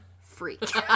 freak